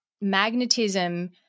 Magnetism